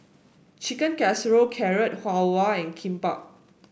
Chicken Casserole Carrot Halwa and Kimbap